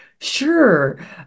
Sure